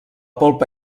polpa